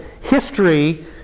history